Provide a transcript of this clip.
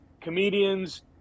comedians